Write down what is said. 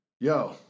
Yo